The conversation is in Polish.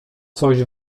coś